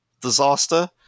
disaster